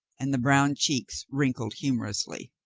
and the brown cheeks wrinkled hu morously.